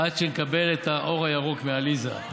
עד שנקבל את האור הירוק מעליזה.